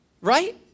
right